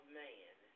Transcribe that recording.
man